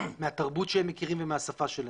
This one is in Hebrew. מהתרבות שהם מכירים ומהשפה שלהם.